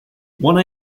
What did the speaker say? one